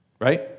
Right